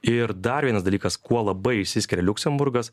ir dar vienas dalykas kuo labai išsiskiria liuksemburgas